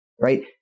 right